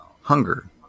hunger